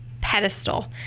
pedestal